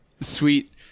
Sweet